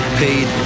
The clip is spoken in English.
paid